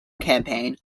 campaign